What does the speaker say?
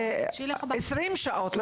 מה עם עוד 20 שעות?